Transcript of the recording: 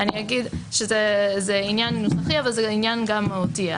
זה עניין נוסחי, אבל זה עניין גם מהותי.